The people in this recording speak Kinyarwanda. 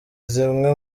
zimwe